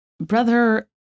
brother